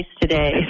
today